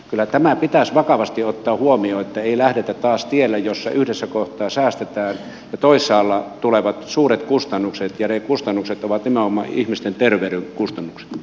kyllä tämä pitäisi vakavasti ottaa huomioon ettei lähdetä taas tielle jossa yhdessä kohtaa säästetään ja toisaalla tulevat suuret kustannukset ja ne kustannukset ovat nimenomaan ihmisten terveyden kustannuksia